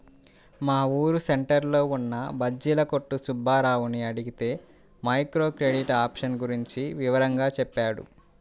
మా ఊరు సెంటర్లో ఉన్న బజ్జీల కొట్టు సుబ్బారావుని అడిగితే మైక్రో క్రెడిట్ ఆప్షన్ గురించి వివరంగా చెప్పాడు